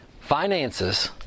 Finances